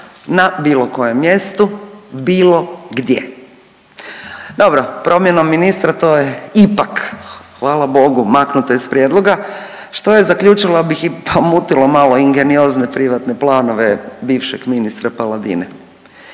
na bilo kojem mjestu bilo gdje. Dobro, promjenom ministra to je ipak hvala Bogu maknuto iz prijedloga, što je zaključila bih pomutilo malo ingeniozne privatne planove bivšeg ministra Paladine.